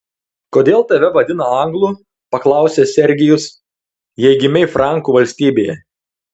kodėl tave vadina anglu paklausė sergijus jei gimei frankų valstybėje